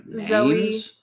Zoe